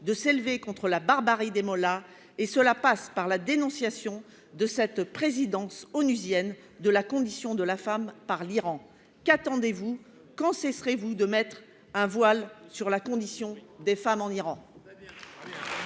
de s'élever contre la barbarie des mollahs et cela passe par la dénonciation de la présidence de cette commission onusienne de la condition de la femme par l'Iran. Qu'attendez-vous ? Quand cesserez-vous de mettre un voile sur la condition des femmes en Iran ?